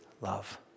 love